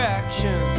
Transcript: action